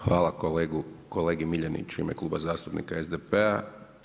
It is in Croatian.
Hvala kolegi Miljeniću u ime Kluba zastupnika SDP-a.